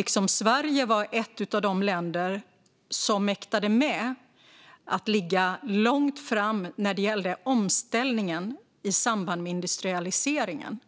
Liksom att Sverige var ett av de länder som mäktade med att ligga långt fram när det gällde omställningen i samband med industrialiseringen